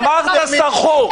אמרת סרחו.